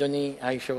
אדוני היושב-ראש.